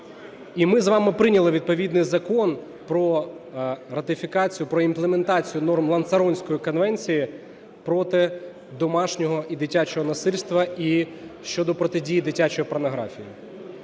І ми з вами прийняли відповідний Закон про ратифікацію, про імплементацію норм Ланцаротської конвенції проти домашнього і дитячого насильства і щодо протидії дитячої порнографії.